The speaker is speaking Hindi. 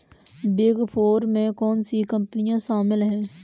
बिग फोर में कौन सी कंपनियाँ शामिल हैं?